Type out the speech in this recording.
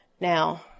Now